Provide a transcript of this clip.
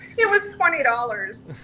it was twenty dollars.